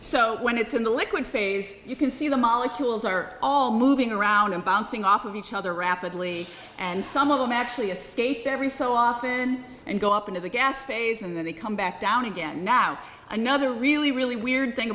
so when it's in the liquid phase you can see the molecules are all moving around and bouncing off of each other rapidly and some of them actually escape every so often and go up into the gas phase and then they come back down again now another really really weird thing